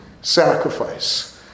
sacrifice